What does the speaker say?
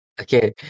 Okay